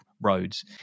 roads